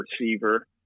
receiver